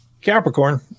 Capricorn